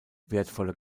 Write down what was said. wertvolle